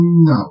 No